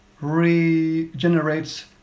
regenerates